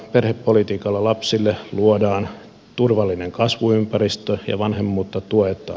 perhepolitiikalla lapsille luodaan turvallinen kasvuympäristö ja vanhemmuutta tuetaan